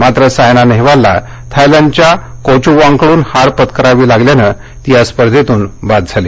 मात्र सायना नेहवालला थायलंडच्या कोघूवॉगकडून हार पत्करावी लागल्यामुळे ती या स्पर्धेतून बाद झाली आहे